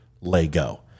Lego